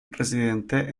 residente